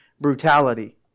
brutality